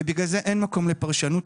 ובגלל זה אין מקום לפרשנות,